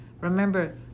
remember